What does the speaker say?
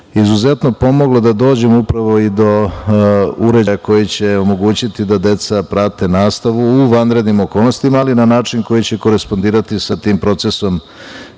izuzetno pomogla da dođemo upravo i do uređaja koje će omogućiti da deca prate nastavu u vanrednim okolnostima, ali na način koji će korespondirati i sa tim procesom